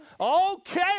Okay